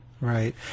Right